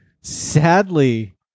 sadly